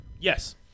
Yes